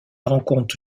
rencontre